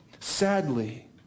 Sadly